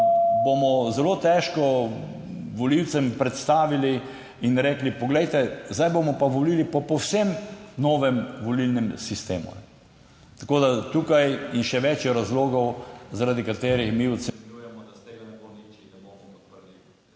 bomo zelo težko volivcem predstavili in rekli, poglejte, zdaj bomo pa volili po povsem novem volilnem sistemu. Tako da tukaj in še več je razlogov, zaradi katerih mi ocenjujemo, da iz tega ne bo nič... / izklop